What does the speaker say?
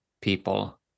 people